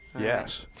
Yes